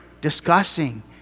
discussing